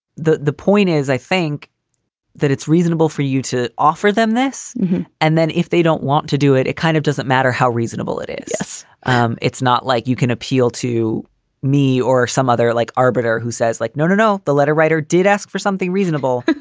the the point is i think that it's reasonable for you to offer them this and then if they don't want to do it, it kind of doesn't matter how reasonable it is. um it's not like you can appeal to me or some other like arbiter who says like, no, no, no. the letter writer did ask for something reasonable.